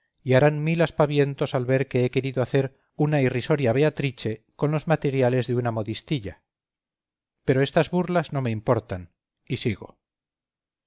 y harán mil aspavientos al ver que he querido hacer una irrisoria beatrice con los materiales de una modistilla pero estas burlas no me importan y sigo